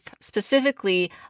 specifically